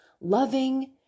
loving